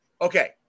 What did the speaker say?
Okay